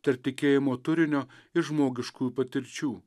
tarp tikėjimo turinio ir žmogiškųjų patirčių